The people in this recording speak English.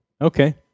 Okay